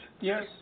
Yes